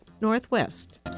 Northwest